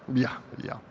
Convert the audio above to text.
yeah, yeah,